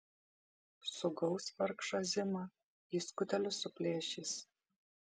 sugaus vargšą zimą į skutelius suplėšys